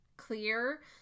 clear